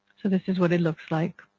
so this is what it looks like.